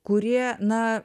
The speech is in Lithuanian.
kurie na